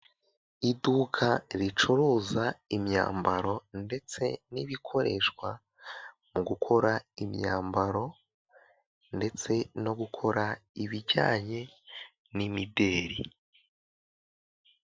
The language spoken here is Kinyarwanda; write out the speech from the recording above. Iduka ricuruza imyambaro ndetse n'ibikoreshwa mu gukora imyambaro ndetse no gukora ibijyanye n'imideri.